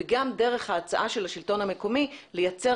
וגם דרך ההצעה של השלטון המקומי לייצר